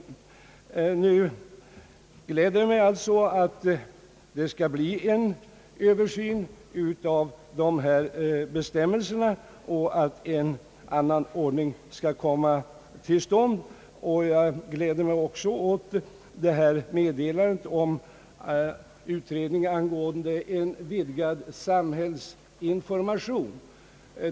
Nu gläder det mig att det skall bli en översyn av dessa bestämmelser och att en annan ordning skall komma till stånd. Jag gläder mig också åt meddelandet om en utredning angående en vidgad samhällsinformation.